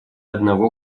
одного